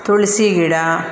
ತುಳಸಿ ಗಿಡ